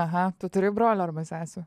aha tu turi brolių arba sesių